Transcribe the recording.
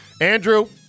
Andrew